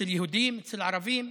אצל יהודים, אצל ערבים,